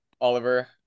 Oliver